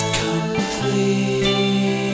complete